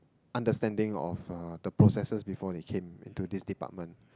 understanding of uh the processes before they came into this department